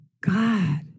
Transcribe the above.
God